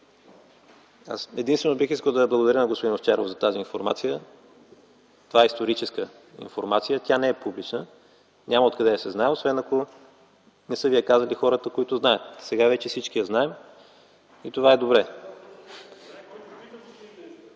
Единствено бих искал да благодаря на господин Овчаров за тази информация. Това е историческа информация. Тя не е публична – няма откъде да се знае, освен ако не са Ви я казали хората, които я знаят. Сега вече всички я знаем и това е добре.